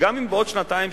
שגם אם בעוד שנתיים,